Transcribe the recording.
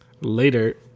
Later